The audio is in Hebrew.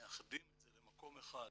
שמאחדים את זה למקום אחד,